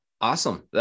Awesome